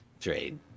Trade